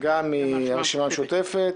וגם מהרשימה המשותפת.